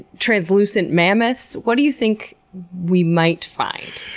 translucent mammoths? what do you think we might find?